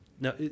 Now